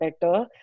better